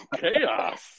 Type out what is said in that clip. Chaos